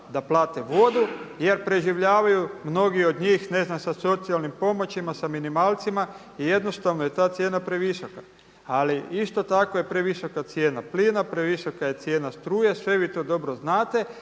da plate vodu jer preživljavaju mnogi od njih, ne znam sa socijalnim pomoćima, sa minimalcima i jednostavno je ta cijena previsoka. Ali isto tako je previsoka cijena plina, previsoka je cijena struje, sve vi to dobro znate